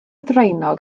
ddraenog